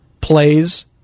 plays